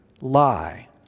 lie